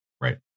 right